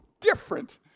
different